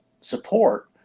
support